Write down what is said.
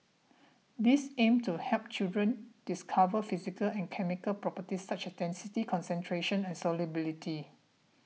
these aim to help children discover physical and chemical properties such as density concentration and solubility